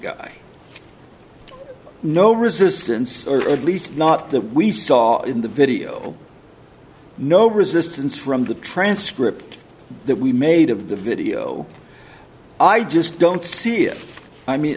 guy no resistance or at least not that we saw in the video no resistance from the transcript that we made of the video i just don't see it i mean